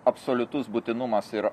absoliutus būtinumas ir